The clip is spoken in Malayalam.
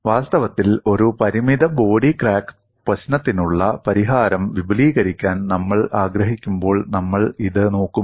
വാസ്തവത്തിൽ ഒരു പരിമിത ബോഡി ക്രാക്ക് പ്രശ്നത്തിനുള്ള പരിഹാരം വിപുലീകരിക്കാൻ നമ്മൾ ആഗ്രഹിക്കുമ്പോൾ നമ്മൾ ഇത് നോക്കും